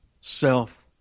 self